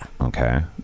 Okay